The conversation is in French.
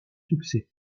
succès